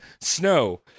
Snow